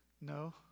No